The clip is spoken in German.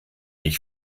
ich